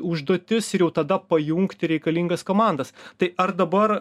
užduotis ir jau tada pajungti reikalingas komandas tai ar dabar